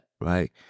right